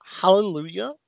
Hallelujah